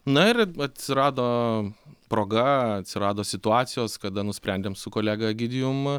na ir atsirado proga atsirado situacijos kada nusprendėm su kolega egidijum